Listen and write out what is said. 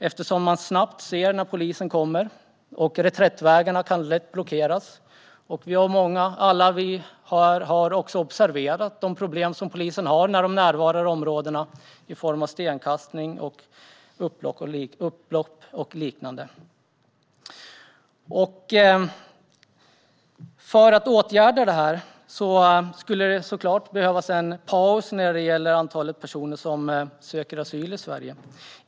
Man ser snabbt när polisen kommer, och reträttvägarna kan lätt blockeras. Alla vi har också observerat de problem som polisen har i områdena i form av stenkastning, upplopp och liknande. För att åtgärda detta skulle det behövas en paus när det gäller antalet personer som söker asyl i Sverige.